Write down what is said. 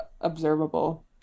observable